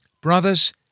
Brothers